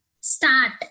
start